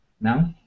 now